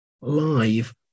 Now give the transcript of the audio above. live